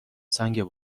سنگ